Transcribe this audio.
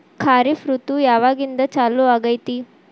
ಖಾರಿಫ್ ಋತು ಯಾವಾಗಿಂದ ಚಾಲು ಆಗ್ತೈತಿ?